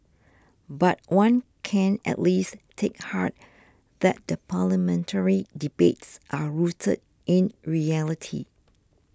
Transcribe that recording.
but one can at least take heart that the parliamentary debates are rooted in reality